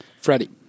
Freddie